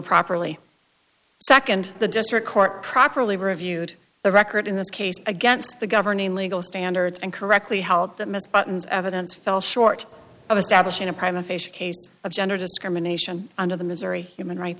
properly nd the district court properly reviewed the record in this case against the governing legal standards and correctly held that miss buttons evidence fell short of a stablish in a prime of case of gender discrimination under the missouri human rights